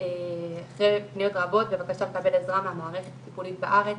אחרי פניות רבות ובקשה לקבל עזרה מהמערכת הטיפולית בארץ.